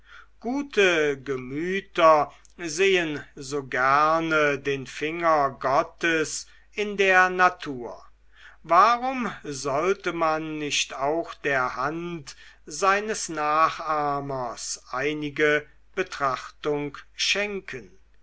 gute gemüter sehen so gerne den finger gottes in der natur warum sollte man nicht auch der hand seines nachahmers einige betrachtung schenken